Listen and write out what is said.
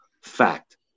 fact